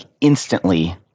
instantly